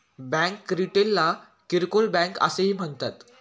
bank रिटेलला किरकोळ bank असेही म्हणतात